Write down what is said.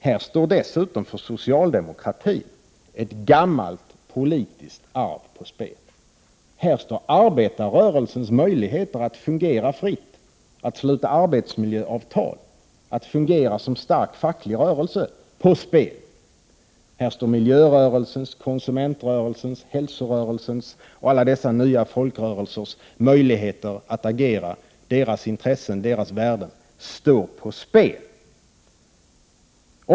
För socialdemokratin står dessutom ett gammalt politiskt arv på spel. Här står arbetarrörelsens möjligheter att fungera fritt, att sluta arbetsmiljöavtal, att fungera som stark facklig rörelse på spel. Här står miljörörelsens, konsumentrörelsens, hälsorörelsens och alla de nya folkrörelsernas möjligheter att agera — deras intressen och deras värden — på spel.